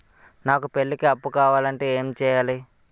నాకు పెళ్లికి అప్పు కావాలంటే ఏం చేయాలి?